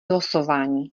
losování